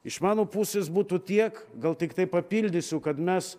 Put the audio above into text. iš mano pusės būtų tiek gal tiktai papildysiu kad mes